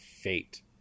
fate